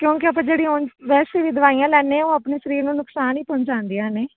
ਕਿਉਂਕਿ ਆਪਾਂ ਜਿਹੜੀ ਵੈਸੇ ਵੀ ਦਵਾਈਆਂ ਲੈਂਦੇ ਹਾਂ ਉਹ ਆਪਣੇ ਸਰੀਰ ਨੂੰ ਨੁਕਸਾਨ ਹੀ ਪਹੁੰਚਾਉਂਦੀਆਂ ਨੇ